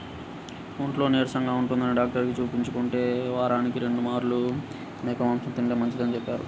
ఒంట్లో నీరసంగా ఉంటందని డాక్టరుకి చూపించుకుంటే, వారానికి రెండు మార్లు మేక మాంసం తింటే మంచిదని చెప్పారు